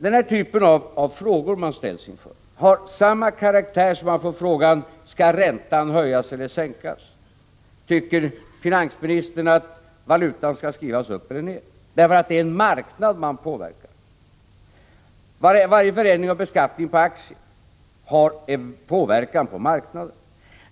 Den här typen av frågor har samma karaktär som när man ställs inför frågan: Skall räntan höjas eller sänkas? Eller när man får frågan: Tycker finansministern att valutan skall skrivas upp eller ner? Det är nämligen en marknad man påverkar. Varje förändring av beskattningen på aktier har en påverkan på marknaden.